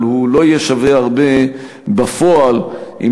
אבל הוא לא יהיה שווה הרבה בפועל אם